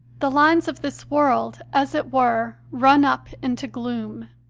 the lines of this world, as it were, run up into gloom